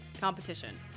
competition